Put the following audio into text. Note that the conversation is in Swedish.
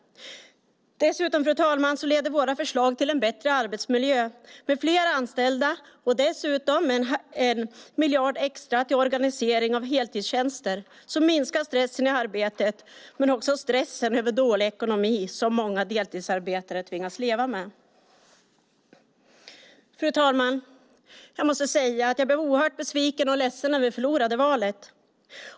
Dessutom, fru talman, leder våra förslag till en bättre arbetsmiljö med flera anställda. Vi lägger dessutom 1 miljard extra till organisering av heltidstjänster, som minskar stressen i arbetet men också stressen över dålig ekonomi som många deltidsarbetande tvingas leva med. Fru talman! Jag måste säga att jag blev oerhört besviken och ledsen när vi förlorade valet.